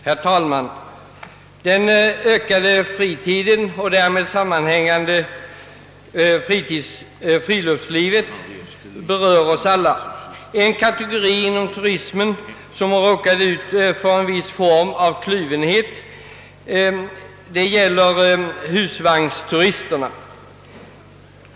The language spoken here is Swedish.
Herr talman! Den ökade fritiden och det därmed sammanhängande friluftslivet berör oss alla. En kategori inom turismen som har råkat ut för en viss form av kluvenhet är husvagnsturisterna.